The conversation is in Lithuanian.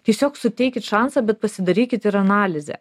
tiesiog suteikit šansą bet pasidarykit ir analizę